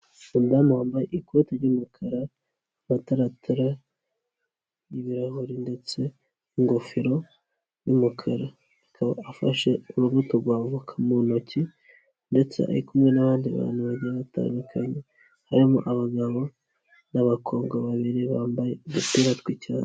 Umudamu wambaye ikoti ry'umukara amataratara r'ibirahuri ndetse n'ingofero y'umukara, akaba afashe urubuto rwavoka mu ntoki ndetse ari kumwe n'abandi bantu ba batandukanye harimo abagabo n'abakobwa babiri bambaye udupira tw'icyatsi.